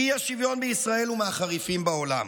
האי-שוויון בישראל הוא מהחריפים בעולם,